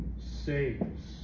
saves